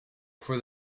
for